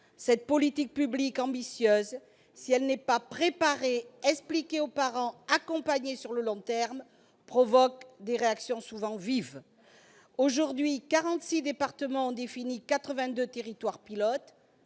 cette politique publique ambitieuse, si elle n'est pas préparée, expliquée aux parents, accompagnée sur le long terme, provoque des réactions souvent vives. Aujourd'hui, 46 départements ont défini 82 territoires pilotes.